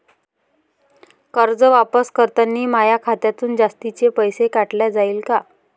कर्ज वापस करतांनी माया खात्यातून जास्तीचे पैसे काटल्या जाईन का?